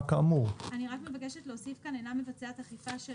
כאמור; אני רק מבקשת להוסיף כאן 'אינה מבצעת אכיפה של